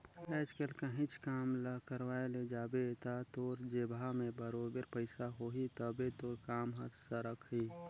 आएज काएल काहींच काम ल करवाए ले जाबे ता तोर जेबहा में बरोबेर पइसा होही तबे तोर काम हर सरकही